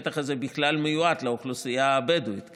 בכפר הפלסטיני הכבוש בגדה המערבית בורקה,